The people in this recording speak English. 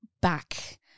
back